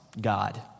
God